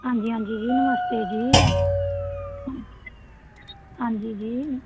ਹਾਂਜੀ ਹਾਂਜੀ ਜੀ ਨਮਸਤੇ ਜੀ ਹਾਂਜੀ ਜੀ